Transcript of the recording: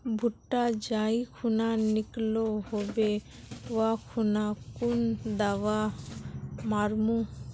भुट्टा जाई खुना निकलो होबे वा खुना कुन दावा मार्मु?